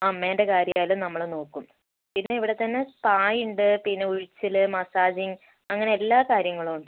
അമ്മേൻ്റെ കാര്യമായാലും നമ്മൾ നോക്കും പിന്നെ ഇവിടെ തന്നെ സ്പാ ഉണ്ട് പിന്നെ ഉഴിച്ചിൽ മസാജിങ് അങ്ങനെ എല്ലാ കാര്യങ്ങളും ഉണ്ട്